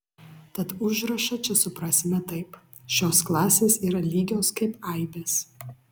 tad užrašą čia suprasime taip šios klasės yra lygios kaip aibės